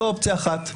זו אופציה אחת.